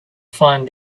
find